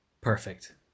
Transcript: perfect